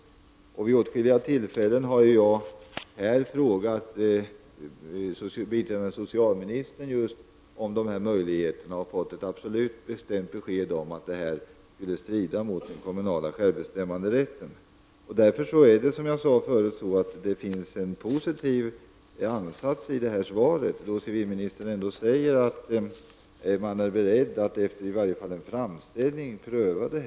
Jag har vid åtskilliga tillfällen här i kammaren frågat biträdande socialministern om dessa möjligheter och fått ett absolut bestämt besked om att det strider mot den kommunala självbestämmanderätten. Därför tycker jag att det finns en positiv ansats i svaret när civilministern ändå säger att man är beredd att efter en framställning pröva saken.